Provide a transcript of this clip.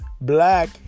Black